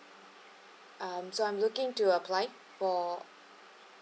um so I'm looking to apply for